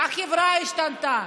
החברה השתנתה,